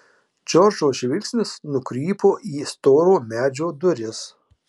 džordžo žvilgsnis nukrypo į storo medžio duris